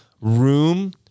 room